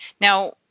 Now